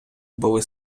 були